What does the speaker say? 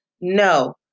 No